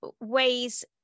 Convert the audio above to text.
ways